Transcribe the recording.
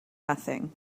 nothing